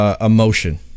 emotion